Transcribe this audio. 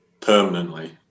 permanently